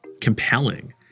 compelling